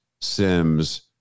Sims